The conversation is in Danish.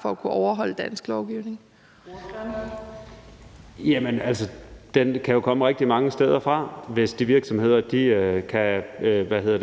Christoffer Aagaard Melson (V): Den kan jo komme rigtig mange steder fra, hvis de virksomheder kan